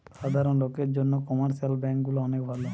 সাধারণ লোকের জন্যে কমার্শিয়াল ব্যাঙ্ক গুলা অনেক ভালো